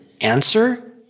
Answer